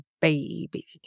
baby